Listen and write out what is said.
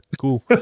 Cool